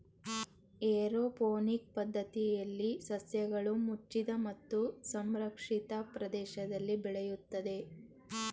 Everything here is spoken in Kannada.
ಏರೋಪೋನಿಕ್ ಪದ್ಧತಿಯಲ್ಲಿ ಸಸ್ಯಗಳು ಮುಚ್ಚಿದ ಮತ್ತು ಸಂರಕ್ಷಿತ ಪ್ರದೇಶದಲ್ಲಿ ಬೆಳೆಯುತ್ತದೆ